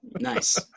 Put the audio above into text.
nice